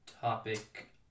topic